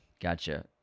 gotcha